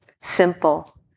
simple